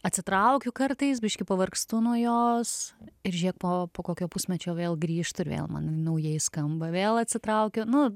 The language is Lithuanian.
atsitraukiu kartais biškį pavargstu nuo jos ir žiūrėk po po kokio pusmečio vėl grįžtu ir vėl man ji naujai skamba vėl atsitraukiu nu